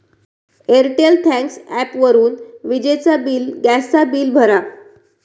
Airtel thanks ॲपवरून विजेचा bill, gas चा बिल भरा